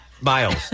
Miles